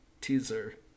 teaser